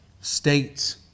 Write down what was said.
states